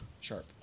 Sharp